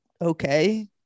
okay